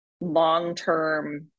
long-term